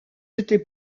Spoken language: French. été